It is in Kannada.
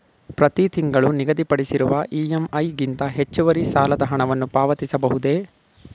ಪ್ರತಿ ತಿಂಗಳು ನಿಗದಿಪಡಿಸಿರುವ ಇ.ಎಂ.ಐ ಗಿಂತ ಹೆಚ್ಚುವರಿ ಸಾಲದ ಹಣವನ್ನು ಪಾವತಿಸಬಹುದೇ?